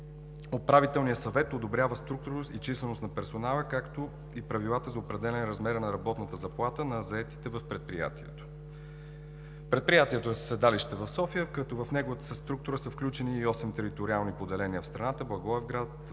Управителния съвет одобрява структурност и численост на персонала, както и правилата за определяне на размера на работната заплата на заетите в предприятието. Предприятието е със седалище в София като в неговата структура са включени и осем териториални поделения в страната: Благоевград,